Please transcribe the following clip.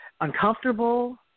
uncomfortable